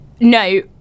no